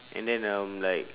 and then um like